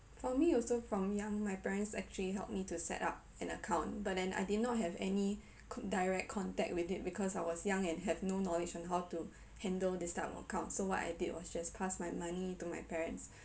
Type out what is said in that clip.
for me also from young my parents actually helped me to set up an account but then I did not have any con~ direct contact with it because I was young and have no knowledge on how to handle this type of account so what I did was just pass my money to my parents